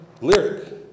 lyric